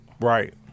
Right